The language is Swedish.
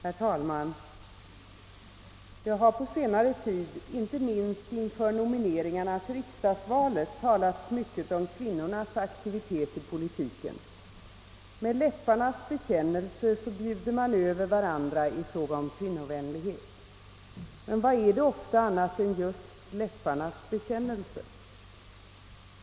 Herr talman! Det har på senare tid, inte minst inför nomineringarna till riksdagsvalet, talats mycket om kvinnornas aktivitet i politiken. Med läpparnas bekännelse bjuder man över varandra i fråga om kvinnovänlighet. Men vad är det ofta annat än just läpparnas bekännelse?